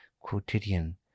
quotidian